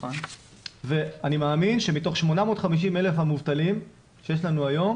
אני מאמין שמתוך 850,000 המובטלים שיש לנו היום